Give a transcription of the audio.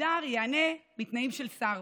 אבידר ייהנה מתנאים של שר: